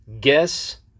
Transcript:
guess